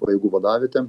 pajėgų vadavietė